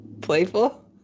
playful